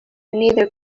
neither